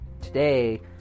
today